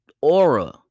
aura